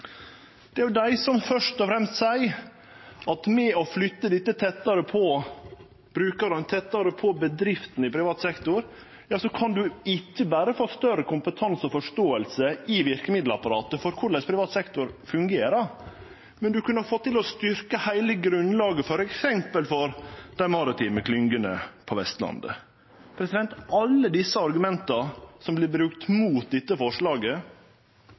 Det er dei som først og fremst seier at med å flytte dette tettare på brukarane, tettare på bedriftene i privat sektor, ja, så kan ein ikkje berre få meir kompetanse og forståing i verkemiddelapparatet for korleis privat sektor fungerer, men ein kunne fått til å styrkje heile grunnlaget for f.eks. dei maritime klyngene på Vestlandet. Alle desse argumenta som vert brukte mot dette forslaget,